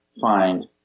find